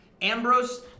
Ambrose